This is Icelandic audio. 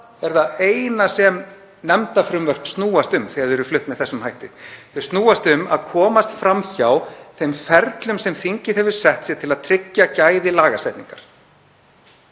það er það eina sem nefndafrumvörp snúast um þegar þau eru flutt með þessum hætti, þau snúast um að komast fram hjá þeim ferlum sem þingið hefur sett sér til að tryggja gæði lagasetningar.